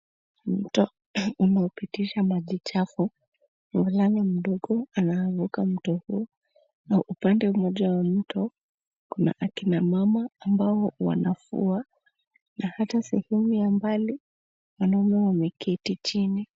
Mto unaopitisha maji chafu mvulana mdogo anavuka mto huu na upande mmoja wa mto kuna akina mama ambao wanafua na hata sehemu ya mbali wanaume wameketi chini.